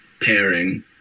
pairing